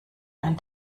ein